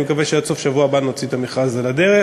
אני מקווה שעד סוף שבוע הבא נוציא את המכרז הזה לדרך.